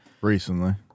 Recently